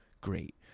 great